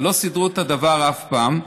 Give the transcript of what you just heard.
לא סידרו את הדבר אף פעם.